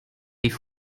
die